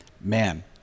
man